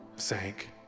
sank